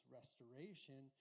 restoration